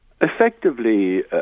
Effectively